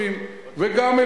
שהוא דמוקרט